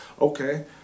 Okay